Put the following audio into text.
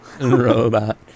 robot